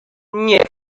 nie